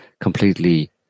completely